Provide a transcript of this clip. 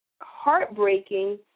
heartbreaking